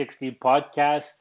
podcast